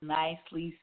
nicely